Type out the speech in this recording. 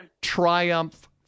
triumph